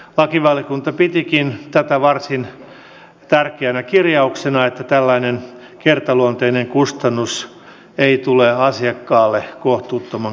lakivaliokunta pitikin tätä varsin tärkeänä kirjauksena että tällainen kertaluonteinen kustannus ei tule asiakkaalle kohtuuttoman kalliiksi